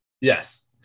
Yes